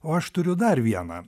o aš turiu dar vieną